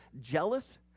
jealous